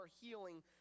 healing